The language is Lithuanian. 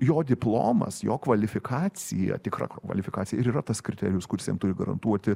jo diplomas jo kvalifikacija tikra kvalifikacija ir yra tas kriterijus kuris jam turi garantuoti